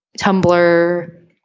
Tumblr